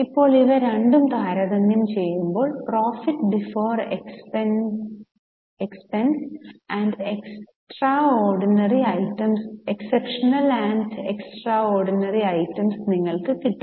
ഇപ്പോൾ ഇവ രണ്ടും താരതമ്യം ചെയ്യുമ്പോൾ profit before exceptional and extraordinary items നിങ്ങൾക് കിട്ടും